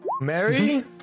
Mary